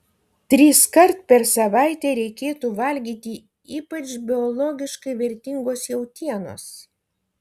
triskart per savaitę reikėtų valgyti ypač biologiškai vertingos jautienos